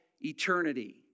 eternity